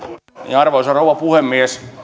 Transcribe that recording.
arvoisa rouva puhemies